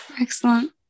excellent